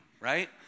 right